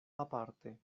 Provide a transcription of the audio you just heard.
aparte